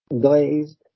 Glazed